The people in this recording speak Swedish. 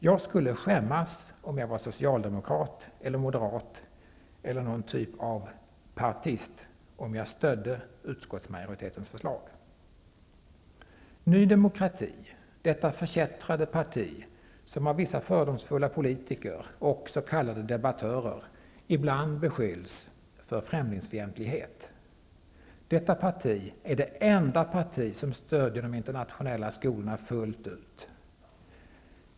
Jag skulle skämmas om jag vore socialdemokrat eller moderat eller någon typ av partist, om jag stödde utskottsmajoritetens förslag. Ny demokrati -- detta förkättrade parti, som av vissa fördomsfulla politiker och s.k. debattörer ibland beskylls för främlingsfientlighet -- är det enda parti som stödjer de internationella skolorna fullt ut.